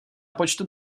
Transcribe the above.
počtu